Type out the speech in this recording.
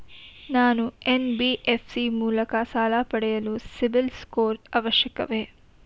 ನಾನು ಎನ್.ಬಿ.ಎಫ್.ಸಿ ಮೂಲಕ ಸಾಲ ಪಡೆಯಲು ಸಿಬಿಲ್ ಸ್ಕೋರ್ ಅವಶ್ಯವೇ?